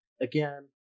again